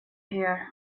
here